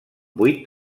vuit